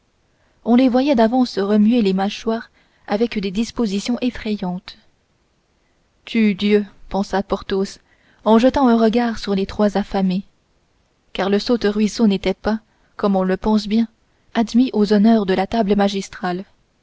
on les voyait d'avance remuer les mâchoires avec des dispositions effrayantes tudieu pensa porthos en jetant un regard sur les trois affamés car le saute-ruisseau n'était pas comme on le pense bien admis aux honneurs de la table magistrale